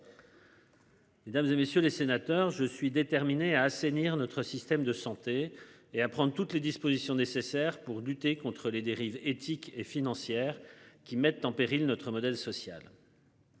Mesdames, et messieurs les sénateurs. Je suis déterminé à assainir notre système de santé et à prendre toutes les dispositions nécessaires pour lutter contre les dérives éthiques et financières qui mettent en péril notre modèle social.